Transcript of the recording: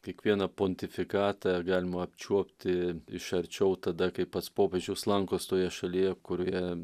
kiekvieną pontifikatą galima apčiuopti iš arčiau tada kai pats popiežius lankos toje šalyje kurioje